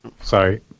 Sorry